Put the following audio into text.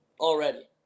already